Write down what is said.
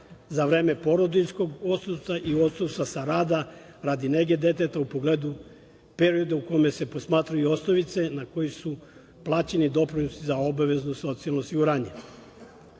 za vreme porodiljskog odsustva i odsustva sa rada radi nege deteta u pogledu perioda u kome se posmatraju osnovice na koju su plaćeni doprinosi za obavezno socijalno